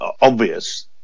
obvious